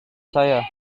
saya